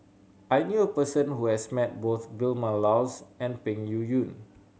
I knew a person who has met both Vilma Laus and Peng Yuyun